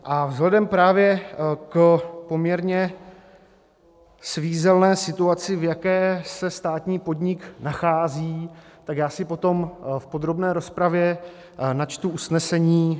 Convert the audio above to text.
A vzhledem právě k poměrně svízelné situaci, v jaké se státní podnik nachází, tak já potom v podrobné rozpravě načtu usnesení.